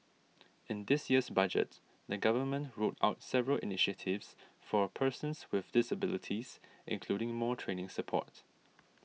in this year's Budget the Government rolled out several initiatives for persons with disabilities including more training support